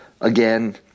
Again